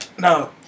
No